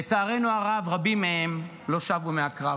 לצערנו הרב, רבים מהם לא שבו מהקרב.